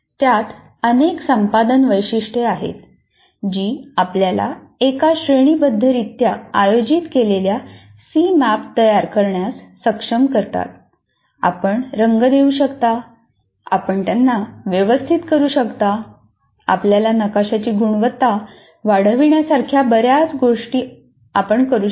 त्यात अनेक संपादन वैशिष्ट्ये आहेत जी आपल्याला एक श्रेणीबद्धरित्या आयोजित केलेला सीमॅप तयार करण्यास सक्षम करतात आपण रंग देऊ शकता आपण त्यांना व्यवस्थित करू शकता आपल्याला नकाशाची गुणवत्ता वाढविण्यासारख्या बर्याच गोष्टी आपण करू शकता